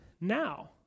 now